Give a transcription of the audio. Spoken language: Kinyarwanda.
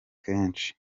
kenshi